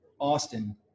Austin